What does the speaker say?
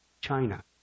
China